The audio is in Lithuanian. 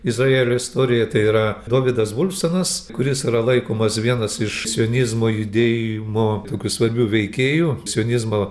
izraelio istorijoje tai yra dovydas volfsonas kuris yra laikomas vienas iš sionizmo judėjimo tokiu svarbiu veikėju sionizmo